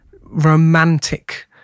romantic